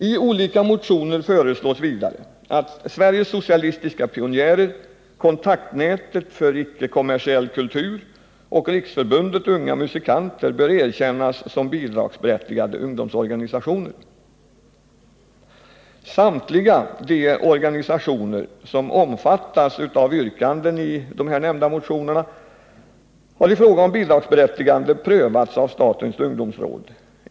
I olika motioner föreslås vidare att Sveriges socialistiska pionjärer, Kontaktnätet för icke-kommersiell kultur och Riksförbundet Unga musikanter bör erkännas som bidragsberättigade ungdomsorganisationer. Samtliga de organisationer som omfattas av yrkanden i de nämnda motionerna har i fråga om bidragsberättigande prövats av statens ungdomsråd.